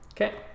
Okay